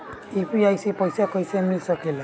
UPI से पइसा कईसे मिल सके ला?